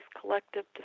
collective